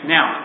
Now